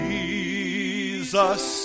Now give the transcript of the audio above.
Jesus